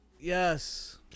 Yes